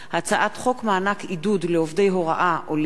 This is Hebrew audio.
הצעת חוק מענק עידוד לעובדי הוראה עולים,